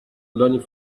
learning